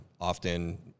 often